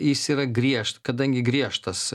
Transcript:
is yra griež kadangi griežtas